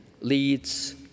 leads